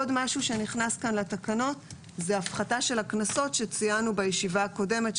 עוד משהו שנכנס כאן לתקנות והוא ההפחתה של הקנסות שציינו בישיבה הקודמת,